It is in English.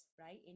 right